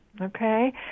Okay